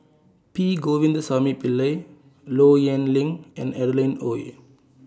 P Govindasamy Pillai Low Yen Ling and Adeline Ooi